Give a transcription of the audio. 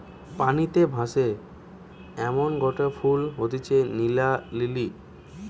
পানিতে ভাসে এমনগটে ফুল হতিছে নীলা লিলি